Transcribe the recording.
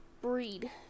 breed